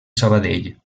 sabadell